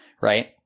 Right